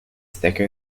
thicker